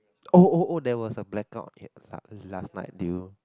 oh oh oh there was a blackout last night did you